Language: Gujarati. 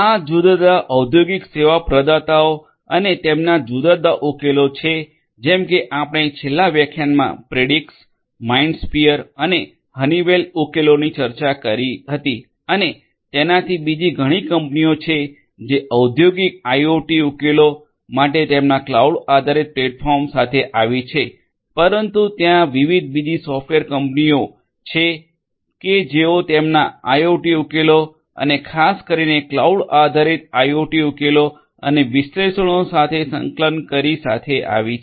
આ જુદા જુદા ઔદ્યોગિક સેવા પ્રદાતાઓ અને તેમના જુદા જુદા ઉકેલો છે જેમ કે આપણે છેલ્લા વ્યાખ્યાનમાં પ્રીડિક્સ માઇન્ડસ્ફિયર અને હનીવેલ ઉકેલોની ચર્ચા કરી હતી અને તેનાથી બીજી ઘણી કંપનીઓ છે જે ઔદ્યોગિક આઇઓટી ઉકેલો માટે તેમના ક્લાઉડ આધારિત પ્લેટફોર્મ સાથે આવી છે પરંતુ ત્યાં વિવિધ બીજી સોફ્ટવેર ડેવેલપમેન્ટ કંપનીઓ છે કે જેઓ તેમના આઇઓટી ઉકેલો અને ખાસ કરીને ક્લાઉડ આધારિત આઇઓટી ઉકેલો અને વિશ્લેષણો સાથે સંકલન કરી સાથે આવી છે